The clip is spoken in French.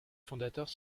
fondateurs